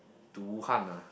to Wuhan ah